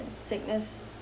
Sickness